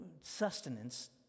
sustenance